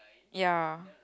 ya